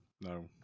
no